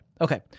Okay